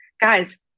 Guys